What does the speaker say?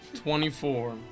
Twenty-four